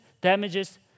damages